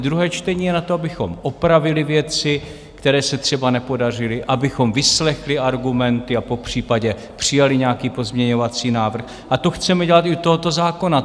Druhé čtení je na to, abychom opravili věci, které se třeba nepodařily, abychom vyslechli argumenty a popřípadě přijali nějaký pozměňovací návrh, a to chceme dělat i u tohoto zákona.